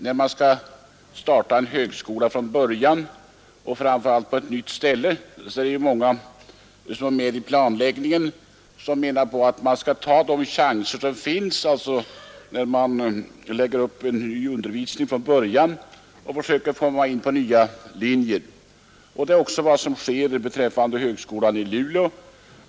När man skall starta en högskola från början och framför allt på ett nytt ställe är det många av dem som deltar i planläggningen som menar att man skall ta de chanser som finns att försöka komma in på nya linjer vid uppläggningen av undervisningen. Det är också vad som sker när det gäller högskolan i Luleå.